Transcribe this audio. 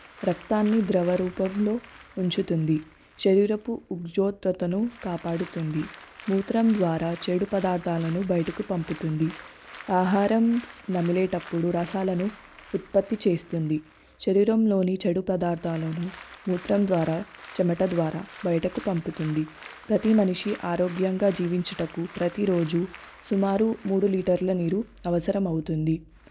రక్తాన్ని ద్రవ రూపంలో ఉంచుతుంది శరీరపు ఉద్యోగతను కాపాడుతుంది మూత్రం ద్వారా చెడు పదార్థాలను బయటకు పంపుతుంది ఆహారం నమిలేటప్పుడు రసాలను ఉత్పత్తి చేస్తుంది శరీరంలోని చెడు పదార్థాలను మూత్రం ద్వారా చెమట ద్వారా బయటకు పంపుతుంది ప్రతి మనిషి ఆరోగ్యంగా జీవించుటకు ప్రతిరోజు సుమారు మూడు లీటర్ల నీరు అవసరం అవుతుంది